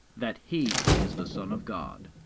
that he is the son of god.